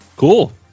Cool